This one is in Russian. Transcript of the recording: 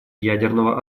ядерного